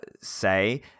say